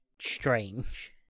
strange